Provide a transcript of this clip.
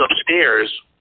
upstairs